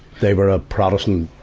there were a protestant, ah,